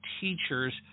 teachers